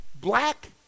black